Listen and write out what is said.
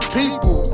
people